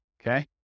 Okay